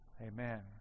Amen